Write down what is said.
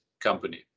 company